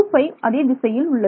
U5 அதே திசையில் உள்ளது